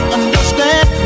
Understand